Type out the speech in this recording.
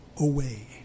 Away